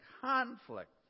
conflict